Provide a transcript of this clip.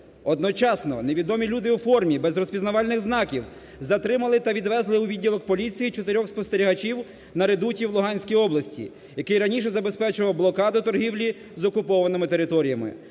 Одночасно невідомі люди у формі, без розпізнавальних знаків, затримали та відвезли у відділок поліції чотирьох спостерігачів на редуті в Луганській області, який раніше забезпечував блокаду торгівлі з окупованими територіями.